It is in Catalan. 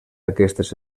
aquestes